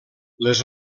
les